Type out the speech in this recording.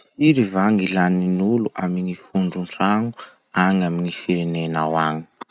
Firy va gny lanin'olo amy gny fondron-tragno any amin'ny firenenao agny?